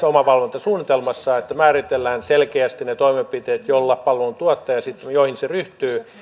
omavalvontasuunnitelmassa on että määritellään selkeästi ne toimenpiteet joihin palveluntuottaja ryhtyy